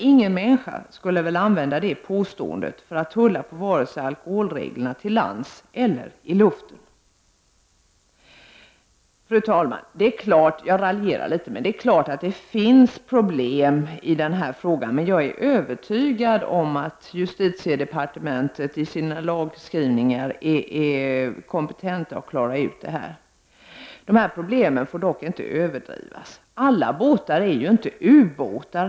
Ingen människa skulle väl ändå använda det påståendet för att tumma på alkoholreglerna till lands eller i luften. Fru talman! Jag raljerar litet, men det är klart att det finns problem i denna fråga. Jag är dock övertygad om att justitiedepartementet i sina lagskrivningar är kompetent att klara ut detta. Problemen får dock inte överdrivas. Alla båtar är inte ubåtar.